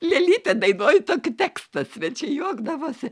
lėlytę dainoj tokį tekstą svečiai juokdavosi